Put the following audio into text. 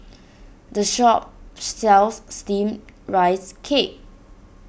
the shop sells Steamed Rice Cake